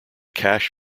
cache